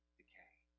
decay